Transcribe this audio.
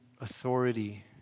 authority